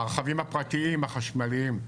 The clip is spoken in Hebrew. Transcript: הרכבים הפרטיים החשמליים.